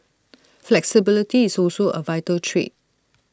flexibility is also A vital trait